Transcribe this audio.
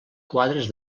quadres